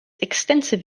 extensive